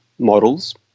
models